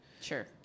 Sure